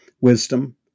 wisdom